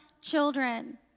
children